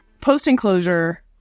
post-enclosure